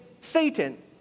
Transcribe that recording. Satan